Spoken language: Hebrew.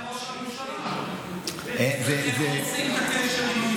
הוא למד מראש הממשלה איך הורסים את הקשר עם,